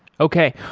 okay.